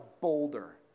boulder